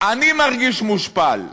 אני מרגיש מושפל,